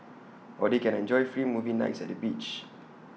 or they can enjoy free movie nights at the beach